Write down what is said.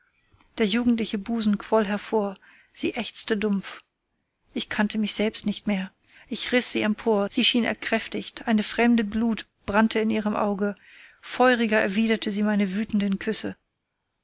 der jugendliche busen quoll hervor sie ächzte dumpf ich kannte mich selbst nicht mehr ich riß sie empor sie schien erkräftigt eine fremde glut brannte in ihrem auge feuriger erwiderte sie meine wütenden küsse